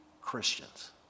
Christians